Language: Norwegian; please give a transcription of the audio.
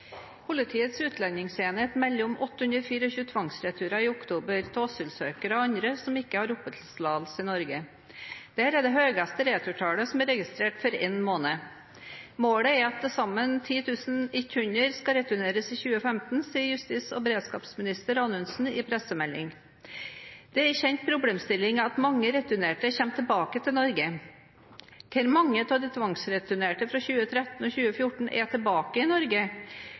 registrert for én måned. Målet er at til sammen 10 100 skal returneres i 2015, sier justis- og beredskapsminister Anundsen i en pressemelding. Det er en kjent problemstilling at mange returnerte kommer tilbake til Norge. Hvor mange av de tvangsreturnerte fra 2013 og 2014 er tilbake i Norge,